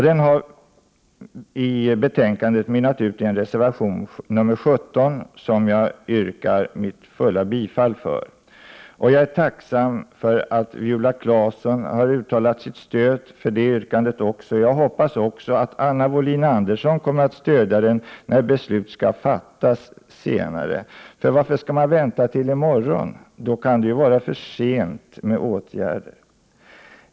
Den har i betänkandet mynnat ut i reservation nr 17, som jag av fullaste hjärta yrkar bifall till. Jag är tacksam för att Viola Claesson har uttalat sitt stöd för detta yrkande, och jag hoppas att också Anna Wohlin-Andersson kommer att stödja detta när beslut skall fattas. Varför vänta tills i morgon — då kan det ju vara för sent för åtgärder.